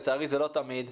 לצערי זה לא תמיד,